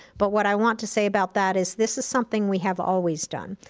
but what i want to say about that is this is something we have always done,